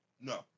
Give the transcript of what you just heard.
No